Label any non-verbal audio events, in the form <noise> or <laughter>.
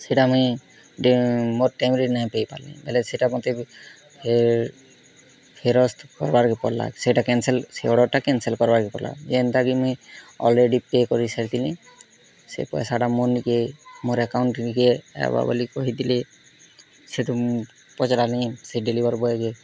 ସେଇଟା ମୁଇଁ ମୋର ଟାଇମ୍ରେ ନେଇ ଦେଇ ପାରିଲେ ବୋଲେ ସେଇଟା ମୋତେ <unintelligible> ଫେରସ୍ତ କରବାର୍ ପଡ଼ିଲା ସେଇଟା କ୍ୟାନ୍ସଲ୍ ସେ ଅର୍ଡ଼ର୍ଟା କ୍ୟାନ୍ସଲ୍ କରବାକେ ପଡ଼ଲା ଏନ୍ତା କିନି ଅଲ୍ରେଡ଼ି ପେ କରି ସାରିଥିଲି ସେ ପଇସା ଟା ମୁଁ ନିଜେ ମୋର ଆକାଉଣ୍ଟ୍ <unintelligible> ହବ ବୋଲି କହିଥିଲେ ସେଠୁ ମୁଁ ପଚାରି ନି ସେ ଡେଲିଭରି ବୟ କେ